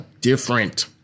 different